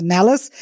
Nellis